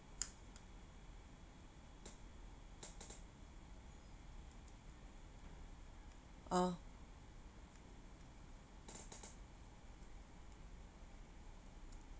uh